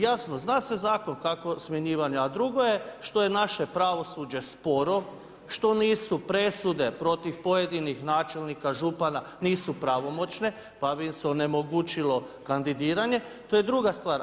Jasno, zna se zakon kako smjenjivanje, a drugo je što je naše pravosuđe sporo, što nisu presude protiv pojedinih načelnika, župana nisu pravomoćne pa bi im se onemogućilo kandidiranje, to je druga stvar.